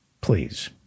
please